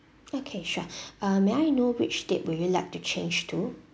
okay sure uh may I know which date will you like to change to